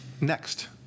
next